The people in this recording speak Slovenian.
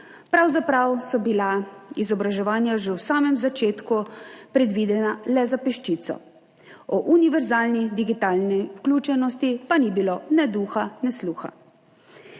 Pravzaprav so bila izobraževanja že v samem začetku predvidena le za peščico, o univerzalni digitalni vključenosti pa ni bilo ne duha ne sluha.